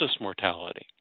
mortality